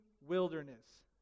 wilderness